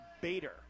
Bader